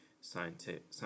scientific